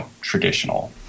traditional